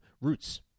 roots